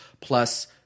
plus